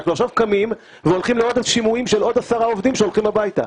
אנחנו עכשיו קמים והולכים לעוד שימועים של עוד 10 עובדים שהולכים הביתה.